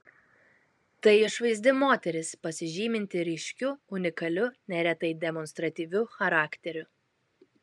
tai išvaizdi moteris pasižyminti ryškiu unikaliu neretai demonstratyviu charakteriu